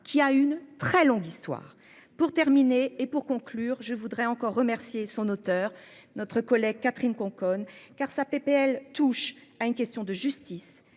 qui a une très longue histoire pour terminer et pour conclure, je voudrais encore remercié son auteur notre collègue Catherine Conconne car ça PPL touche à une question de justice,